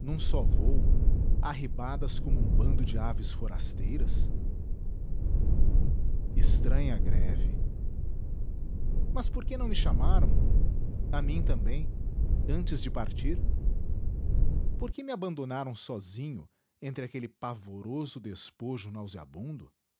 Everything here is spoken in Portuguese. vôo arribadas como um bando de aves forasteiras estranha greve mas por que não me chamaram a mim também antes de partir por que me abandonaram sozinho entre aquele pavoroso despojo